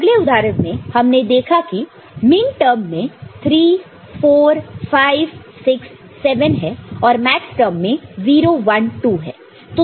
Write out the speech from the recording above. अगले उदाहरण में हमने देखा कि मिनटर्म में 3 4 5 6 7 है और मैक्सटर्म में 0 1 2 है